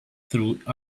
through